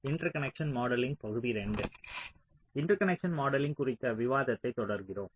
interconnect modelling குறித்த விவாதத்தைத் தொடர்கிறோம்